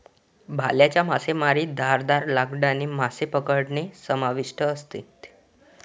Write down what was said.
भाल्याच्या मासेमारीत धारदार लाकडाने मासे पकडणे समाविष्ट असते